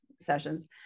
sessions